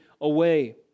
away